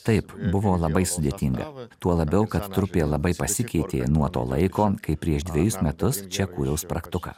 taip buvo labai sudėtinga tuo labiau kad trupė labai pasikeitė nuo to laiko kai prieš dvejus metus čia kūriau spragtuką